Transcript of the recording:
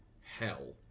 hell